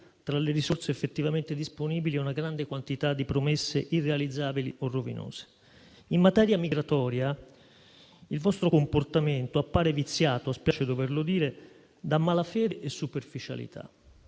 tra le risorse effettivamente disponibili e una grande quantità di promesse irrealizzabili o rovinose. In materia migratoria il vostro comportamento appare viziato - spiace doverlo dire - da malafede e superficialità.